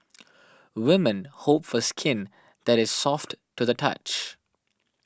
women hope for skin that is soft to the touch